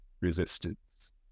resistance